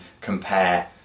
compare